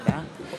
תודה.